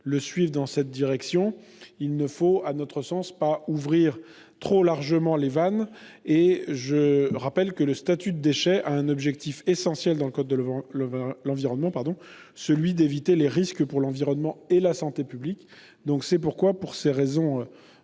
le suivre dans cette direction. Il ne faut pas, selon nous, ouvrir trop largement les vannes. Je rappelle que le statut de déchet a un objectif essentiel dans le code de l'environnement : celui d'éviter les risques pour l'environnement et la santé publique. Pour ces raisons